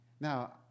Now